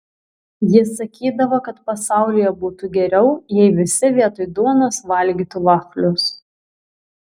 ji sakydavo kad pasaulyje būtų geriau jei visi vietoj duonos valgytų vaflius